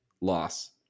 Loss